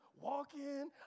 walking